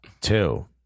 two